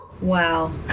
Wow